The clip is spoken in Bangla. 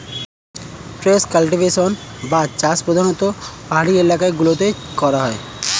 টেরেস কাল্টিভেশন বা চাষ প্রধানতঃ পাহাড়ি এলাকা গুলোতে করা হয়